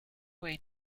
way